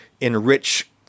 enrich